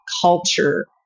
culture